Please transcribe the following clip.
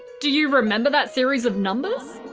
do you remember that series of numbers?